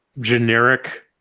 generic